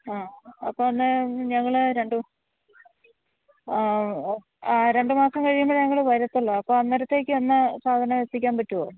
ആ അപ്പം എന്നാൽ ഞങ്ങൾ രണ്ട് രണ്ട് മാസം കഴിയുമ്പോൾ ഞങ്ങൾ വരത്തുള്ളു അപ്പം അന്നേരത്തേക്ക് എന്നാ സാധനം എത്തിക്കാന് പറ്റുമോ